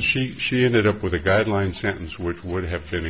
she she ended up with a guideline sentence which would have